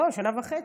לא, שנה וחצי.